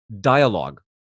dialogue